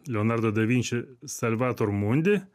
leonardo da vinči salvator mundi